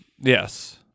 Yes